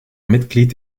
mitglied